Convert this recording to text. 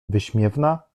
wyśmiewna